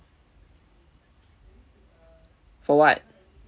for what